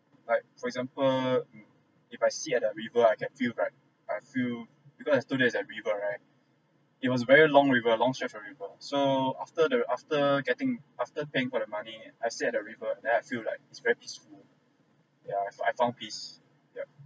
like for example if I see at that river I can feel right I feel because as told there is a river right it was very long river long straight for river so after the after getting after paying for the money I sit at the river and then I feel like it's very peaceful yeah I found I found peace yup